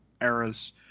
eras